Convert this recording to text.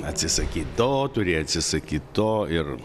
atsisakyt to turi atsisakyt to ir